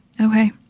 Okay